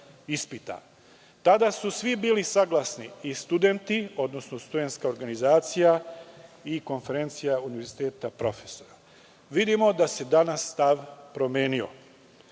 ispita. Tada su svi bili saglasni, i studenti, odnosno Studentska organizacija i Konferencija univerziteta profesora. Vidimo da se danas stav promenio.